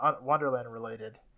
Wonderland-related